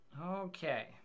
Okay